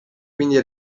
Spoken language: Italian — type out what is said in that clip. quindi